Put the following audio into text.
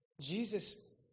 Jesus